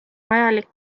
vajalik